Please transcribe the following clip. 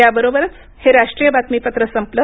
याबरोबरच हे राष्ट्रीय बातमीपत्र संपलं